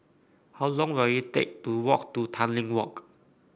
how long will it take to walk to Tanglin Walk